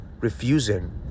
refusing